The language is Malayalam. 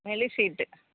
മേളിൽ ഷീറ്റ്